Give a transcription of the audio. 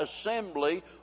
assembly